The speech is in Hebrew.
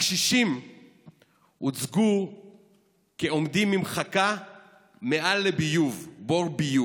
הקשישים הוצגו עומדים עם חכה מעל בור ביוב.